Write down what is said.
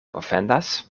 ofendas